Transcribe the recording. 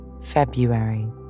February